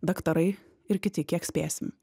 daktarai ir kiti kiek spėsim